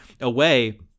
away